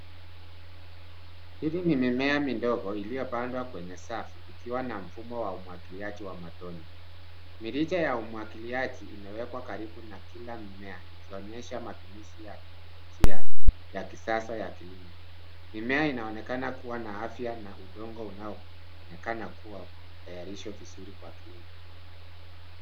Hili ni mimea midogo iliyopandwa kwenye safu ikiwa na mfumo wa umwagiliaji wa matone. Mirija ya umweagiliaji umewekwa karibu na kila mmea, ikionyesha matumizi ya teknolojia ya kisasa ya kilimo. Mimea inaonekana kuwa na afya na udongo unaoonekana kuwa umetayarishwa vizuri kwa kilimo.